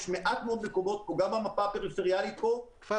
יש מעט מאוד מקומות גם במפה הפריפריאלית --- כפר